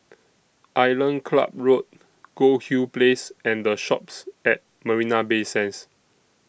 Island Club Road Goldhill Place and The Shoppes At Marina Bay Sands